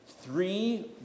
three